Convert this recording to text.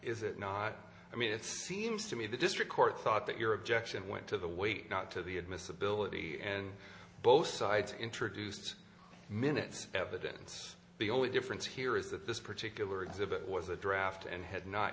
is it not i mean it seems to me the district court thought that your objection went to the weight not to the admissibility and both sides introduced minutes evidence the only difference here is that this particular exhibit was a draft and had not